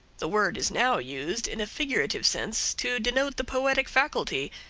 the word is now used in a figurative sense to denote the poetic faculty,